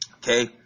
okay